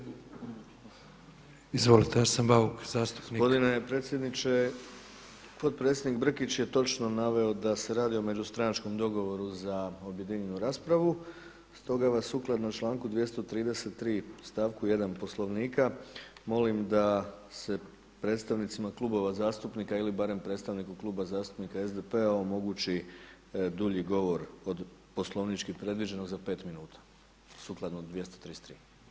Gospodine predsjedniče, potpredsjednik Brkić je točno naveo da se radi o međustranačkom dogovoru za objedinjenu raspravu, stoga vas sukladno članku 233. stavku 1. Poslovnika molim da se predstavnicima Klubova zastupnika ili barem predstavniku kluba zastupnika SDP-a omogući dulji govor od poslovnički predviđenog od pet minuta, sukladno 233.